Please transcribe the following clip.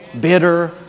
bitter